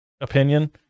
opinion